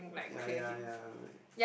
ya ya ya